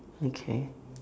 okay